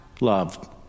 love